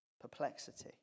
perplexity